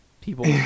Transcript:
people